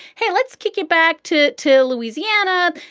hey, let's kick it back to to louisiana.